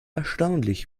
erstaunlich